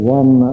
one